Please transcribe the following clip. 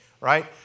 right